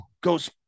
goes